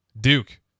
Duke